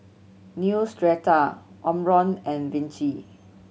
Neostrata Omron and Vichy